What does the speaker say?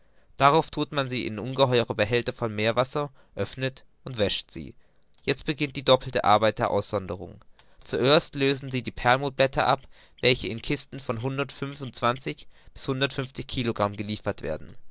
darauf thut man sie in ungeheure behälter voll meerwasser öffnet und wäscht sie jetzt beginnt die doppelte arbeit der aussonderung zuerst lösen sie die perlmutterblätter ab welche in kisten von hundertundfünfundzwanzig bis hundertundfünfzig kilogramm geliefert werden